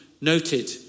noted